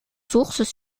sources